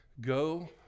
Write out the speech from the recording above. go